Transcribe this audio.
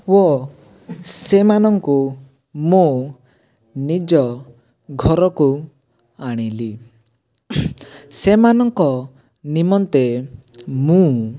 ୱ ସେମାନଙ୍କୁ ମୁଁ ନିଜ ଘରକୁ ଆଣିଲି ସେମାନଙ୍କ ନିମନ୍ତେ ମୁଁ